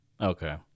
Okay